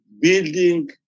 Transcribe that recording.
Building